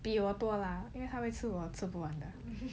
比我多啦因为他每次吃我吃不完的